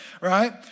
right